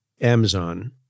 Amazon